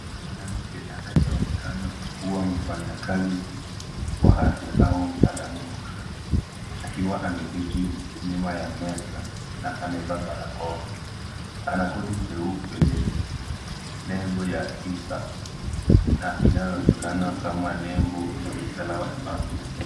Mwanamke anayeonekana kubwa mfanyakazi wa afya au mtaalamu wa ushauri ikiwa ameketi nyuma ya meza na amevaa barakoa. Ana koti jeupe ye nembo ya USAD na inayoonekana kama nembo ya usalama wa afya.